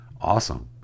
Awesome